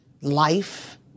life